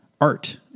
art